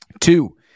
Two